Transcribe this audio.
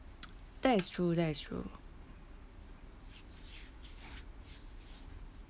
that is true that is true